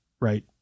right